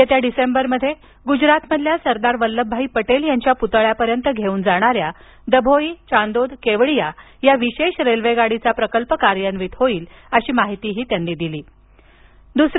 येत्या डिसेंबरमध्ये गुजरातमधील सरदार वल्लभभाई पटेल यांच्या पुतळ्यापर्यंत घेऊन जाणाऱ्या दभोई चांदोद केवडिया या विशेष रेल्वेगाडीचा प्रकल्प कार्यान्वित होईल असं ही ते म्हणाले